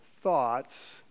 thoughts